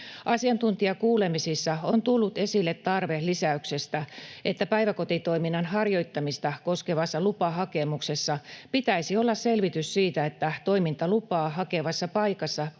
Asiantuntijakuulemisissa on tullut esille tarve lisäyksestä, että päiväkotitoiminnan harjoittamista koskevassa lupahakemuksessa pitäisi olla selvitys siitä, että toimintalupaa hakevassa paikassa